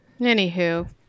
anywho